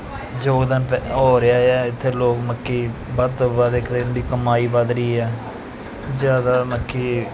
ਯੋਗਦਾਨ ਹੋ ਰਿਹਾ ਆ ਇੱਥੇ ਲੋਕ ਮੱਕੀ ਵੱਧ ਤੋਂ ਵੱਧ ਇੱਕ ਦਿਨ ਦੀ ਕਮਾਈ ਵੱਧ ਰਹੀ ਹੈ ਜ਼ਿਆਦਾ ਮਤਲਬ ਕਿ